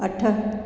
अठ